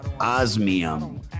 Osmium